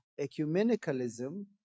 ecumenicalism